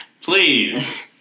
please